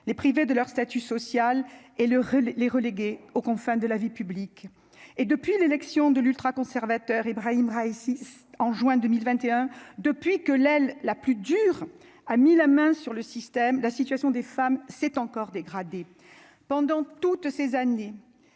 les priver de leur statut social et le les les relégués aux confins de la vie publique et depuis l'élection de l'ultraconservateur Ibrahim Raïssi en juin 2021 depuis que l'aile la plus dure, a mis la main sur le système, la situation des femmes s'est encore dégradée pendant toutes ces années